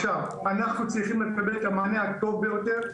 אנחנו צריכים לקבל את המענה הטוב ביותר.